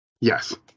Yes